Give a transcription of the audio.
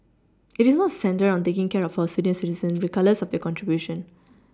it is not centred on taking care of our senior citizen regardless of their contribution